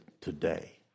today